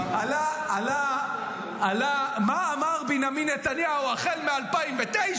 מה אמר בנימין נתניהו החל מ-2009,